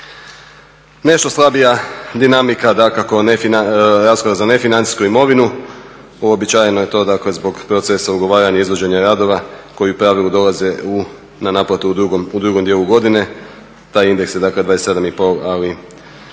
Nešto slabija dinamika dakako rashoda za nefinancijsku imovinu, uobičajeno je to zbog procesa ugovaranja i izvođenja radova koji u pravilu dolaze na naplatu u drugom dijelu godine, taj indeks je dakle 27,5 ali